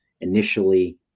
initially